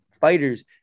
fighters